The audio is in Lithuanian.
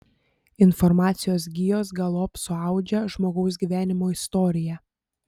informacijos gijos galop suaudžia žmogaus gyvenimo istoriją